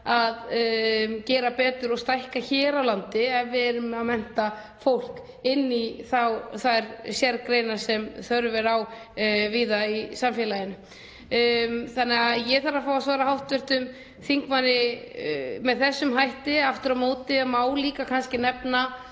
að gera betur og stækka hér á landi ef við erum að mennta fólk í þær sérgreinar sem þörf er á víða í samfélaginu. Þannig að ég þarf að fá að svara hv. þingmanni með þessum hætti. Aftur á móti má nefna